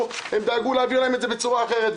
הם דאגו להעביר להם את זה בצורה אחרת,